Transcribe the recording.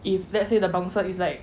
if let's say the bouncer is like